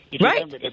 right